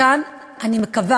עופר